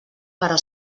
però